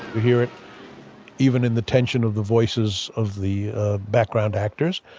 hear it even in the tension of the voices of the ah background actors.